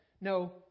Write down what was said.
no